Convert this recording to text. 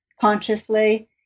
consciously